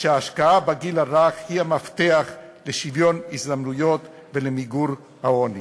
שהשקעה בגיל הרך היא המפתח לשוויון הזדמנויות ולמיגור העוני.